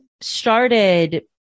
started